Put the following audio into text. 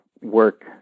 work